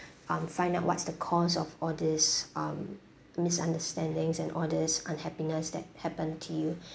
um find out what's the cause of all this um misunderstandings and all this unhappiness that happen to you